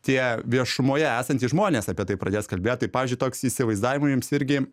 tie viešumoje esantys žmonės apie tai pradės kalbėt tai pavyzdžiui toks įsivaizdavimui jums irgi